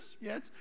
yes